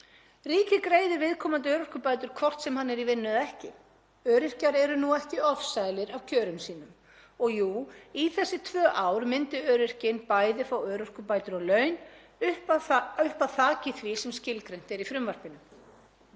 Ríkið greiðir viðkomandi örorkubætur hvort sem hann er í vinnu eða ekki. Öryrkjar eru nú ekki ofsælir af kjörum sínum og jú, í þessi tvö ár myndi öryrkinn bæði fá örorkubætur og laun upp að þaki því sem skilgreint er í frumvarpinu.